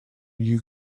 you